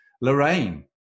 Lorraine